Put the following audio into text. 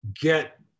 get